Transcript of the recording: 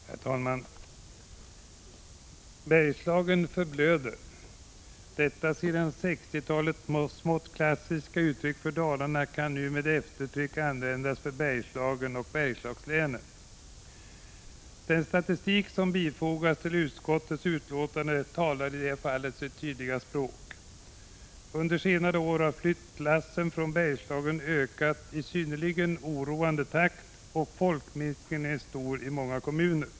Herr talman! ”Bergslagen förblöder”. Detta sedan 1960-talet smått klassiska uttryck för Dalarna kan nu med eftertryck användas för Bergslagen och Bergslagslänen. Den statistik som bifogas utskottets utlåtande talar i detta fall sitt tydliga språk. Under senare år har flyttlassen ut från Bergslagen ökat i synnerligen oroande takt, och folkminskningen är stor i många kommuner.